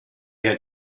had